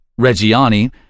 Reggiani